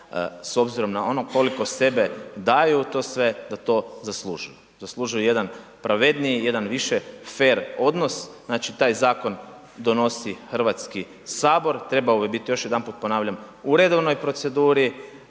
s obzirom na ono koliko sebe daju u to sve, da to zaslužuju. Zaslužuju jedan pravedniji i jedan više fer odnos, znači taj zakon donosi Hrvatski sabor, trebao bi biti još jedanput ponavljam u redovnoj proceduri,